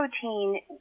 protein